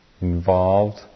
involved